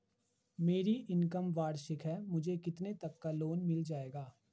मेरी इनकम वार्षिक है मुझे कितने तक लोन मिल जाएगा?